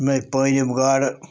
یِمَے پٲیِم گاڈٕ